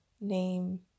name